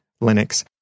Linux